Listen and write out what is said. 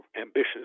ambitious